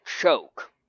choke